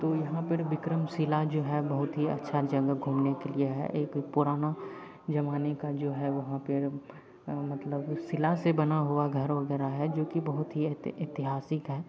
तो यहाँ पर बिक्रमशिला जो है बहुत ही अच्छी जगह घूमने के लिए है एक पुराने ज़माने का जो है वहाँ पर मतलब उस शिला से बना हुआ घर वग़ैरह है जोकि बहुत ही एति ऐतिहासिक है